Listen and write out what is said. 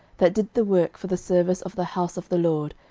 that did the work for the service of the house of the lord,